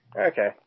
Okay